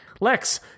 lex